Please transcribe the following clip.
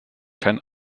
kein